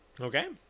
Okay